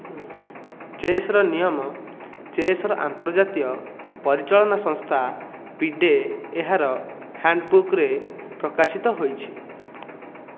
ଚେସ୍ର ନିୟମ ଚେସ୍ର ଆନ୍ତର୍ଜାତୀୟ ପରିଚାଳନା ସଂସ୍ଥା ଫିଡେ ଏହାର ହ୍ୟାଣ୍ଡବୁକ୍ରେ ପ୍ରକାଶିତ ହୋଇଛି